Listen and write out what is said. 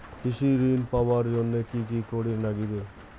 কৃষি ঋণ পাবার জন্যে কি কি করির নাগিবে?